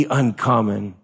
uncommon